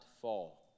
fall